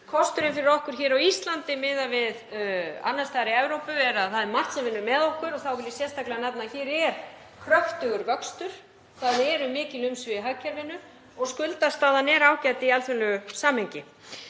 Kosturinn fyrir okkur hér á Íslandi, miðað við annars staðar í Evrópu, er að það er margt sem vinnur með okkur. Þá vil ég sérstaklega nefna að hér er kröftugur vöxtur, það eru mikil umsvif í hagkerfinu og skuldastaðan er ágæt í alþjóðlegu samhengi.